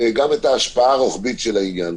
גם את ההשפעה הרוחבית של העניין.